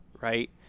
right